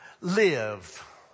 Live